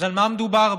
אז על מה מדובר בו?